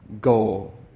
Goal